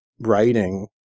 writing